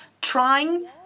trying